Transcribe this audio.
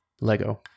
Lego